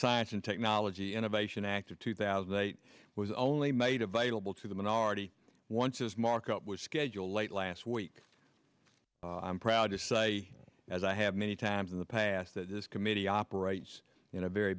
science and technology innovation act of two thousand and eight was only made available to the minority onces markup was scheduled late last week i'm proud to say as i have many times in the past that this committee operates in a very